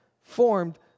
formed